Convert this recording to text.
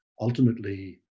Ultimately